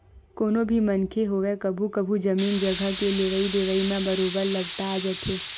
कोनो भी मनखे होवय कभू कभू जमीन जघा के लेवई देवई म बरोबर लपटा जाथे